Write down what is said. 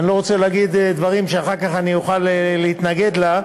ואני לא רוצה להגיד דברים שאחר כך אני אוכל להתנגד לה,